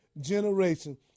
generation